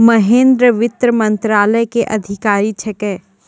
महेन्द्र वित्त मंत्रालय के अधिकारी छेकै